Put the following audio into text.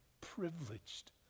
privileged